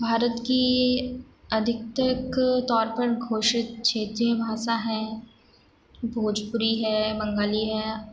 भारत की अधिक तक तौर पर घोषित क्षेत्रीय भाषा है भोजपुरी है बंगाली है